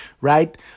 right